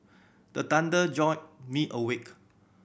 the thunder jolt me awake